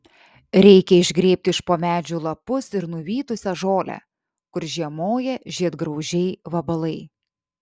reikia išgrėbti iš po medžių lapus ir nuvytusią žolę kur žiemoja žiedgraužiai vabalai